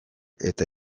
eta